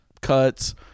cuts